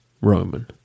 Roman